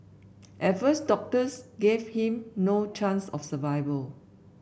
at first doctors gave him no chance of survival